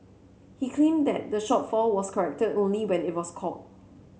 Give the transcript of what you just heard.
he claimed that the shortfall was corrected only when it was caught